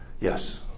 yes